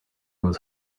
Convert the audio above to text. was